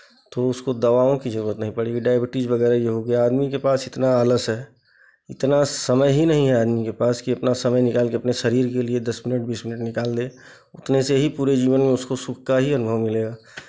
तो उसको दवाओं की ज़रूरत नहीं पड़ेगी डायबिटीज़ वगैरह ये हो गया आदमी के पास इतना आलस है इतना समय ही नहीं है आदमी के पास की अपना समय निकाल के अपने शरीर के लिए दस मिनट बीस मिनट निकाल दे उतने से ही पूरे जीवन में उसको सुख का ही अनुभव मिलेगा